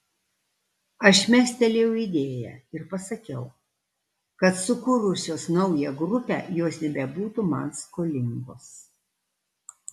aš mestelėjau idėją ir pasakiau kad sukūrusios naują grupę jos nebebūtų man skolingos